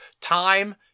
time